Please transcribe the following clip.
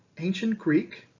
ancient greek,